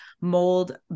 mold